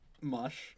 mush